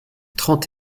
trente